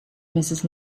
mrs